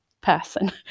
person